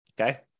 okay